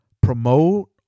promote